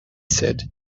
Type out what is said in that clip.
said